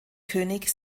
könig